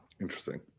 interesting